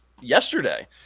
Yesterday